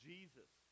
Jesus